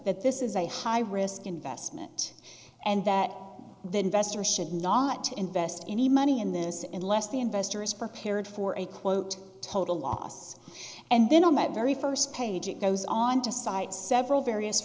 that this is a high risk investment and that the investor should not invest any money in this and less the investor is prepared for a quote total loss and then on that very first page it goes on to cite several various